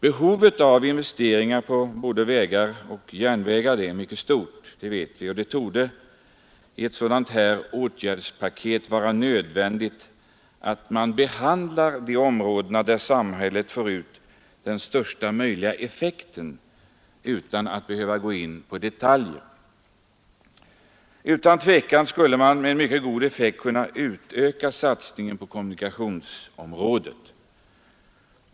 Behovet av investeringar i vägar och järnvägar är mycket stort, och det torde i ett sådant här åtgärdspaket vara nödvändigt att man tillgodoser de områden där samhället får ut den största effekten av de anslagna medlen. Utan tvivel skulle man med mycket god effekt kunna utöka satsningen på kommunikationsområdet.